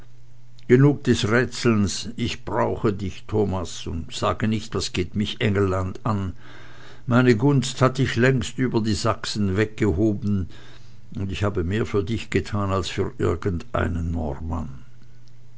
genug des rätselns ich brauche dich thomas und sage nicht was geht mich engelland an meine gunst hat dich längst über die sachsen weggehoben und ich habe mehr für dich getan als für irgendeinen normann